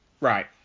right